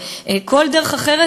כל דרך אחרת,